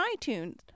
iTunes